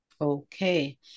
Okay